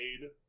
made